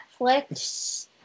Netflix